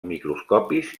microscopis